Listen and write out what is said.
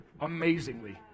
amazingly